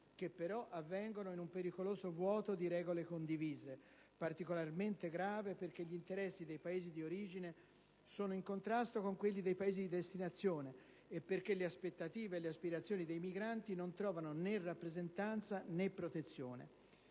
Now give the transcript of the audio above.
che però avvengono in un pericoloso vuoto di regole condivise, particolarmente grave perché gli interessi dei Paesi di origine sono in contrasto con quelli dei Paesi di destinazione e perché le aspettative e le aspirazioni dei migranti non trovano né rappresentanza, né protezione.